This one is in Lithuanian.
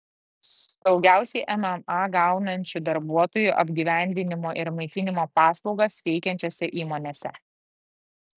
daugiausiai mma gaunančių darbuotojų apgyvendinimo ir maitinimo paslaugas teikiančiose įmonėse